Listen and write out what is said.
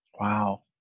Wow